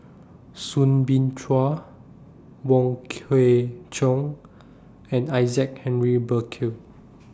Soon Bin Chua Wong Kwei Cheong and Isaac Henry Burkill